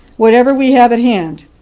whatever we have at hand.